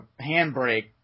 handbrake